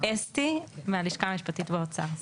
שמי אסתי מהלשכה המשפטית באוצר.